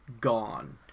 gone